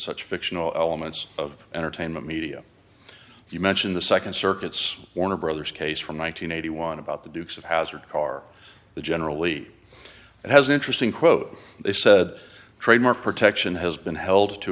such fictional elements of entertainment media you mentioned the second circuit's warner brothers case from one thousand nine hundred one about the dukes of hazzard car the generally it has an interesting quote they said trademark protection has been held to